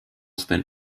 spent